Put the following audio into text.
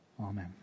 Amen